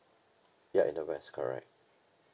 ya in the west correct